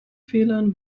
fehlern